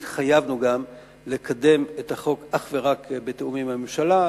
התחייבנו גם לקדם את הצעת החוק אך ורק בתיאום עם הממשלה,